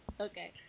Okay